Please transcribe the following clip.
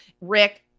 Rick